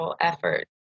Effort